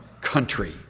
country